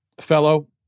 fellow